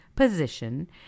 position